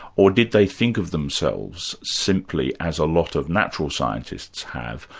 or did they think of themselves simply as a lot of natural scientists have,